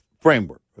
framework